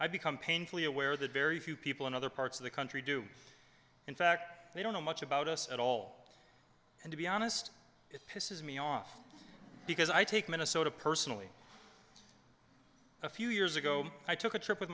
i've become painfully aware that very few people in other parts of the country do in fact they don't know much about us at all and to be honest it pisses me off because i take minnesota personally a few years ago i took a trip with